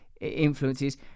influences